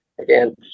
Again